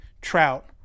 Trout